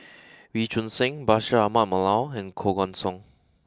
Wee Choon Seng Bashir Ahmad Mallal and Koh Guan Song